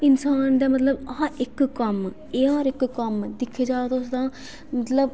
इन्सान ते मतलब हर इक कम्म हर इक कम्म दिक्खेआ जा तां मतलब